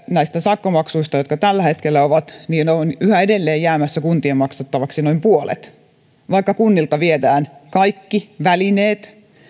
näistä sakkomaksuista jotka tällä hetkellä on on yhä edelleen jäämässä kuntien maksettavaksi noin puolet vaikka kunnilta viedään kaikki välineet